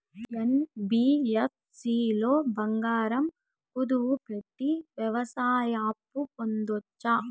NBFC లో బంగారం కుదువు పెట్టి వ్యవసాయ అప్పు పొందొచ్చా?